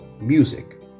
music